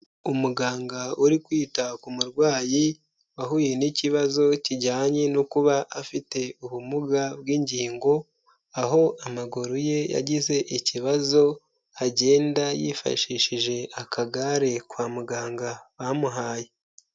Umuganga uri kwita ku murwayi wahuye n'ikibazo kijyanye no kuba afite ubumuga bw'ingingo, aho amaguru ye yagize ikibazo agenda yifashishije akagare kwa muganga bamuhaye.